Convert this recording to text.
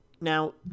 Now